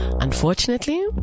Unfortunately